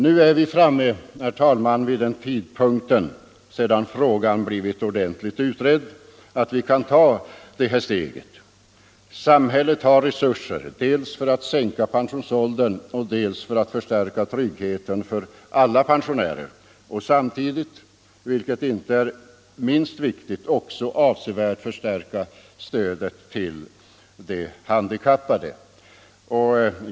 Nu är vi framme, herr talman, vid den tidpunkten, sedan frågan blivit ordentligt utredd, att vi kan ta det här steget. Samhället har resurser för att sänka pensionsåldern, för att förstärka tryggheten för alla pensionärer och samtidigt — vilket inte är minst viktigt — för att avsevärt förbättra stödet till de handikappade.